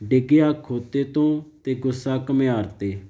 ਡਿੱਗਿਆ ਖੋਤੇ ਤੋਂ ਅਤੇ ਗੁੱਸਾ ਘੁਮਿਆਰ 'ਤੇ